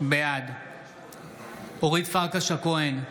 בעד אורית פרקש הכהן,